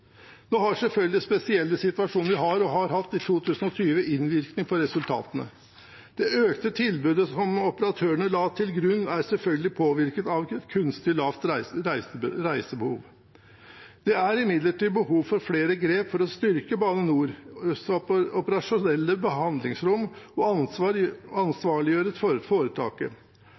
spesielle situasjonen vi har og har hatt i 2020, har selvfølgelig innvirkning på resultatene. Det økte tilbudet som operatørene la til grunn, er påvirket av et kunstig lavt reisebehov. Det er imidlertid behov for flere grep for å styrke Bane NORs operasjonelle handlingsrom og ansvarliggjøre foretaket. Avtaleregimet mellom staten og Bane NOR bør gjennomgås for